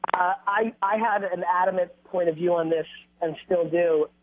i i have an adamant point of view on this and still do.